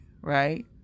right